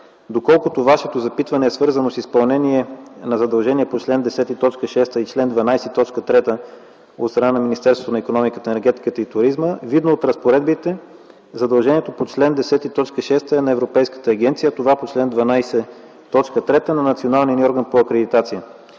Доколкото Вашето запитване е свързано с изпълнение на задължения по чл. 10, т. 6 и чл. 12, т. 3 от страна на Министерството на икономиката, енергетиката и туризма, видно от разпоредбите, задължението по чл. 10, т. 6 е на Европейската агенция, а това по чл. 12, т. 3 – на националния ни орган по акредитация.